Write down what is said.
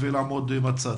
ולעמוד מן הצד.